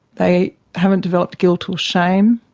they haven't developed guilt or shame,